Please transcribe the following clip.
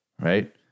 right